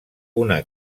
una